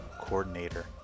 coordinator